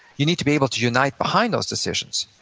you need to be able to unite behind those decisions.